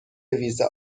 ویزا